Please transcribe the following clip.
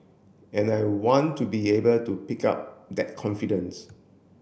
and I want to be able to pick up that confidence